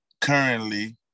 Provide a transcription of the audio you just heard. currently